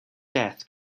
death